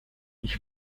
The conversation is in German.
ich